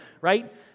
right